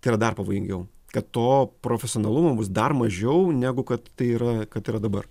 tai yra dar pavojingiau kad to profesionalumo bus dar mažiau negu kad tai yra kad yra dabar